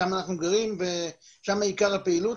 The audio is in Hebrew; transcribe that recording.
שם אנחנו גרים ושם עיקר הפעילות,